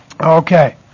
Okay